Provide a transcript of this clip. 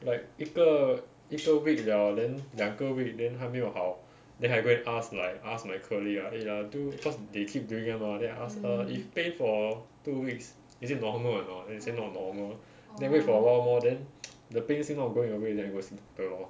like 一个一个 week liao then 两个 week then 它没有好 then I go and ask like ask my colleague ah eh ah do cause they keep doing [one] mah then I ask err if pain for two weeks is it normal or not then say not normal then wait for a while more than the pain still not going away then I go see doctor lor